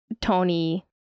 Tony